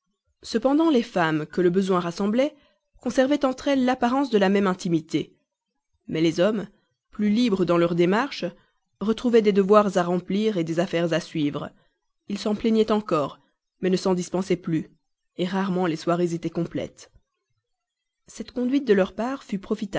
cependant les femmes que le besoin rassemblait conservaient entre elles l'apparence de la même intimité mais les hommes plus libres dans leurs démarches retrouvaient des devoirs à remplir ou des affaires à suivre ils s'en plaignaient encore mais ne s'en dispensaient plus rarement les soirées étaient complètes cette conduite de leur part